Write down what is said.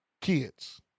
kids